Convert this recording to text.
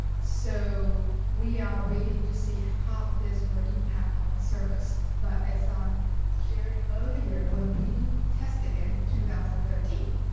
so we are waiting to see how this will impact our service. but as i'm sharing earlier, when we tested it in two thousand and thirteen,